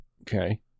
Okay